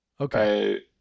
Okay